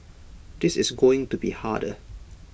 this is going to be harder